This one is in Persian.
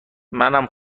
منم